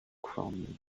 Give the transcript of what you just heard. chromium